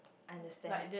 understand